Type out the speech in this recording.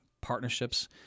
partnerships